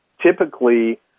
typically